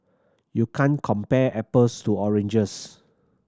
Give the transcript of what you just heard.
you can't compare apples to oranges